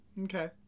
Okay